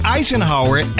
Eisenhower